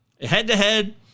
Head-to-head